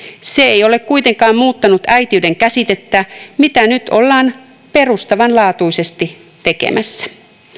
se ei ole kuitenkaan muuttanut äitiyden käsitettä mitä nyt ollaan perustavanlaatuisesti tekemässä